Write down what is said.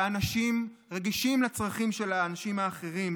שבה אנשים רגישים לצרכים של האנשים האחרים,